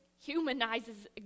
humanizes